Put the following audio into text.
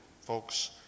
folks